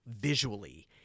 visually